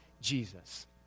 Jesus